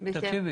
תקשיבי.